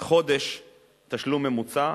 חודש תשלום ממוצע,